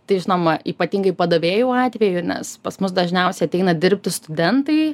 tai žinoma ypatingai padavėjų atveju nes pas mus dažniausiai ateina dirbti studentai